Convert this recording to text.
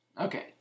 Okay